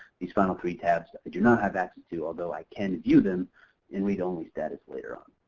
these final three tabs i do not have access to although i can view them in read-only status later on.